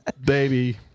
baby